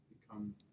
become